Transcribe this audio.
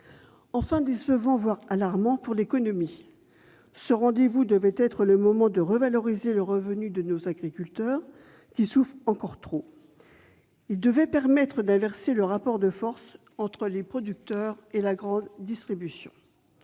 était décevant, voire alarmant, pour l'économie. Ce rendez-vous devait être le moment de revaloriser le revenu de nos agriculteurs qui souffrent encore trop. Il devait permettre d'inverser le rapport de force entre les producteurs et la grande distribution.